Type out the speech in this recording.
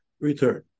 return